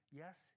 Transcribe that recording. yes